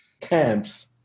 camps